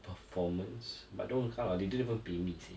performance but don't count ah they didn't even pay me seh